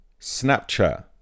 Snapchat